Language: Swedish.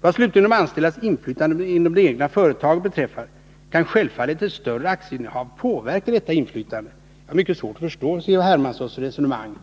Vad slutligen de anställdas inflytande inom det egna företaget beträffar kan självfallet ett större aktieinnehav påverka detta inflytande. Jag har mycket svårt att förstå C.-H. Hermanssons resonemang.